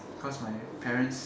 cause my parents